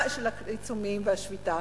העיצומים והשביתה,